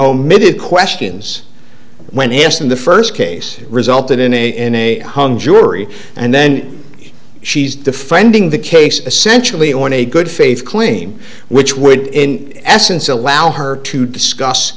omitted questions when asked in the first case resulted in a hung jury and then she's defending the case essentially on a good faith claim which would in essence allow her to discuss